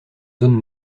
zone